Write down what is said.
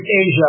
Asia